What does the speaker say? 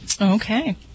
Okay